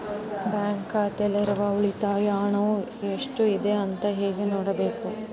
Bank ಖಾತೆಯಲ್ಲಿರುವ ಉಳಿತಾಯ ಹಣವು ಎಷ್ಟುಇದೆ ಅಂತ ಹೇಗೆ ನೋಡಬೇಕು?